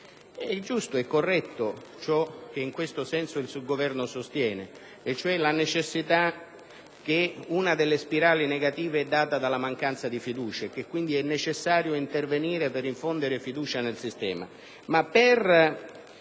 È giusto e corretto ciò che in questo senso il Governo sostiene e cioè che una delle spirali negative è data dalla mancanza di fiducia e che, quindi, è necessario intervenire per infondere fiducia nel sistema.